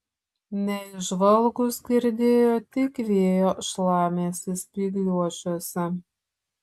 neįžvalgūs girdėjo tik vėjo šlamesį spygliuočiuose